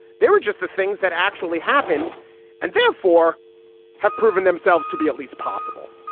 they were just the things that actually happened and therefore have proven themselves to be at least possible.